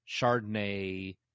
Chardonnay